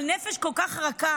על נפש כל כך רכה,